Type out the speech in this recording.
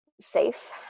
safe